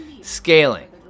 Scaling